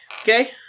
Okay